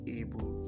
able